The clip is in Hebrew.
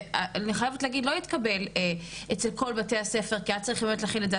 אני חייבת להגיד שזה לא התקבל בכל בתי הספר כי היה צריך להכין את זה.